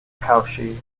cauchy